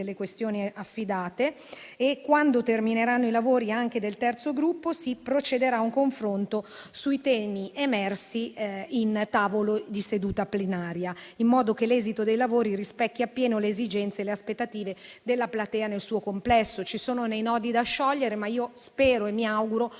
delle questioni affidate e, quando termineranno i lavori anche del terzo gruppo, si procederà a un confronto sui temi emersi in seduta plenaria, in modo che l'esito dei lavori rispecchi appieno le esigenze e le aspettative della platea nel suo complesso. Ci sono dei nodi da sciogliere, ma spero che nei